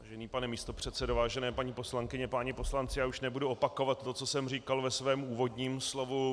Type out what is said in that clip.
Vážený pane místopředsedo, vážené paní poslankyně, páni poslanci, já už nebudu opakovat to, co jsem říkal ve svém úvodním slově.